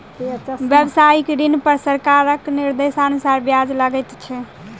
व्यवसायिक ऋण पर सरकारक निर्देशानुसार ब्याज लगैत छै